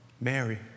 Mary